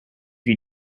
you